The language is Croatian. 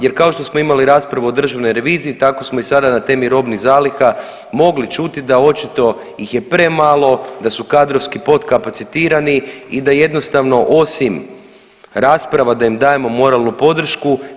Jer kao što smo imali raspravu o Državnoj reviziji, tako smo i sada na temi robnih zaliha mogli čuti da očito ih je premalo, da su kadrovski podkapacitirani i da jednostavno osim rasprava da im dajemo moralnu podršku.